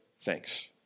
Thanks